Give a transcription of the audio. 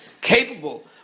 capable